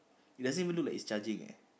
it doesn't even look like it's charging eh